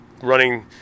running